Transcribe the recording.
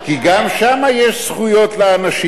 כי גם שמה יש זכויות לאנשים.